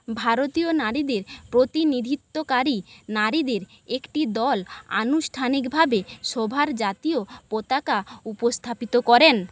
ভারতীয় নারীদের প্রতিনিধিত্বকারী নারীদের একটি দল আনুষ্ঠানিক ভাবে সভার জাতীয় পতাকা উপস্থাপিত করেন